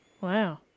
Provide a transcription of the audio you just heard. Wow